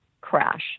crash